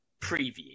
preview